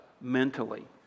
mentally